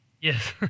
Yes